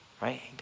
Right